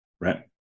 right